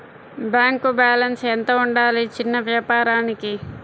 Bank balance ఎంత ఉండాలి చిన్న వ్యాపారానికి?